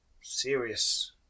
serious